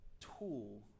tool